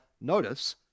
notice